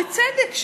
בצדק,